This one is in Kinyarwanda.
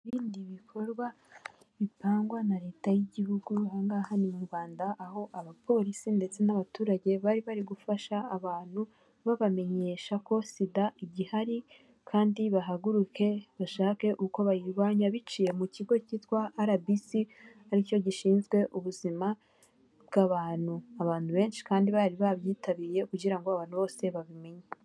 Ibindi bikorwa bitangwa na leta y'igihugu aha ngaha ni mu Rwanda aho abapolisi ndetse n'abaturage bari bari gufasha abantu babamenyesha ko sida igihari kandi bahaguruke bashake uko bayirwanya biciye mu kigo cyitwa arabisi aricyo gishinzwe ubuzima bw'abantu, abantu benshi kandi bari babyitabiriye kugira ngo abantu bose babimenye.